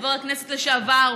חבר הכנסת לשעבר,